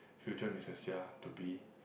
future missus Seah to be